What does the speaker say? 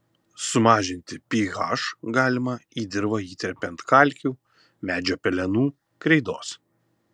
sumažinti ph galima į dirvą įterpiant kalkių medžio pelenų kreidos